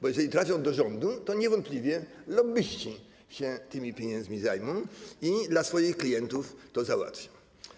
Bo jeżeli trafią do rządu, to niewątpliwie lobbyści się tymi pieniędzmi zajmą i dla swoich klientów to załatwią.